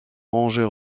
ranger